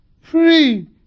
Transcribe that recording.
Free